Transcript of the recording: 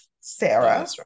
Sarah